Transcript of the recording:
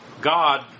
God